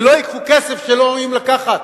ולא ייקחו כסף שלא ראויים לקחת